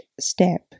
step